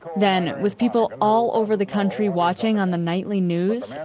then, with people all over the country watching on the nightly news,